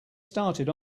started